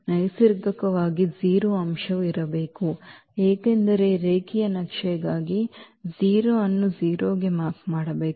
ನೈಸರ್ಗಿಕವಾಗಿ 0 ಅಂಶವು ಇರಬೇಕು ಏಕೆಂದರೆ ರೇಖೀಯ ನಕ್ಷೆಗಾಗಿ 0 ಅನ್ನು 0 ಗೆ ಮ್ಯಾಪ್ ಮಾಡಬೇಕು